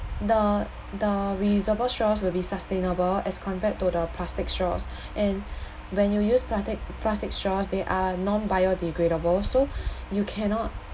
the the reusable straws will be sustainable as compared to the plastic straws and when you use plastic plastic straws they are non biodegradable so you cannot